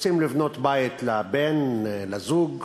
רוצים לבנות בית לבן, לזוג,